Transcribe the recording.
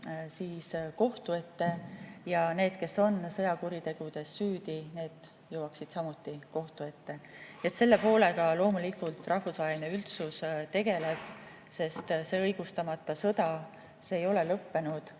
kohtu ette ja need, kes on sõjakuritegudes süüdi, jõuaksid samuti kohtu ette. Selle poolega loomulikult rahvusvaheline üldsus tegeleb, sest see õigustamata sõda ei ole lõppenud,